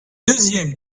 deuxième